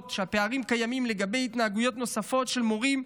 שהפערים קיימים לגבי התנהגויות נוספות של מורים,